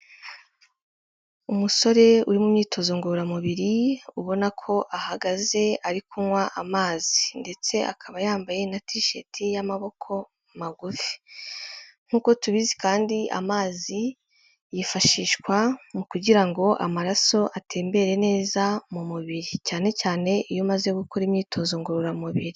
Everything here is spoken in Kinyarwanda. Umusore uri mu myitozo ngororamubiri ubona ko ahagaze ari kunywa amazi ndetse akaba yambaye na tisheti y'amaboko magufi, nk'uko tubizi kandi amazi yifashishwa mu kugira ngo amaraso atembere neza mu mubiri, cyane cyane iyo umaze gukora imyitozo ngororamubiri.